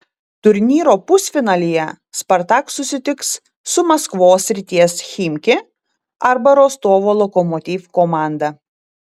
turnyro pusfinalyje spartak susitiks su maskvos srities chimki arba rostovo lokomotiv komanda